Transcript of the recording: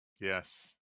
Yes